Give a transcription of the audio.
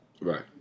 right